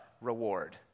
reward